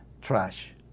trash